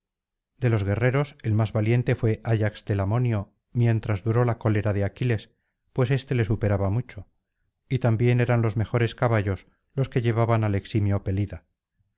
de los guerreros el más valiente fué ayax telamonio mientras duró la cólera de aquiles pues éste le superaba mucho y también eran los mejores caballos los que llevaban al eximio pelida